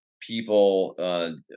people